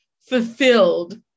fulfilled